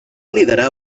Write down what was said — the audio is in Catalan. liderar